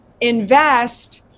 invest